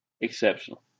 exceptional